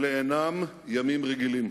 אלה אינם ימים רגילים.